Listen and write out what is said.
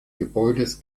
gebäudes